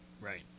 right